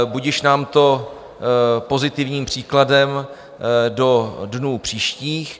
Budiž nám to pozitivním příkladem do dnů příštích.